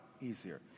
easier